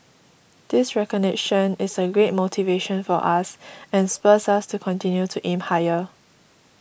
this recognition is a great motivation for us and spurs us to continue to aim higher